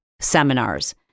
seminars